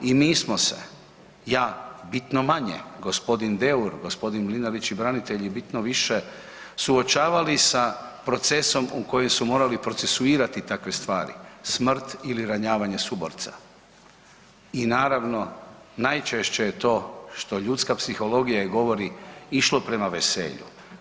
I nismo se, ja bitno manje, g. Deur, g. Mlinarić i branitelji bitno više suočavali sa procesom u kojem su morali procesuirati takve stvari, smrt ili ranjavanje suborca i naravno najčešće je to što ljudska psihologija i govori išlo prema veselju.